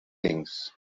things